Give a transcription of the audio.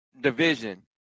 Division